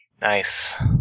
Nice